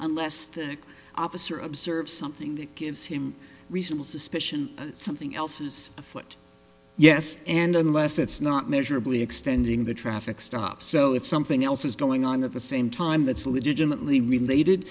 unless the officer observes something that gives him recently suspicion something else is afoot yes and unless it's not measurably extending the traffic stop so if something else is going on at the same time that's legitimately related